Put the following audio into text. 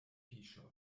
fiŝoj